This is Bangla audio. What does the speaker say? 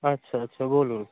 আচ্ছা আচ্ছা বলুন